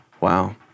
wow